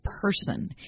person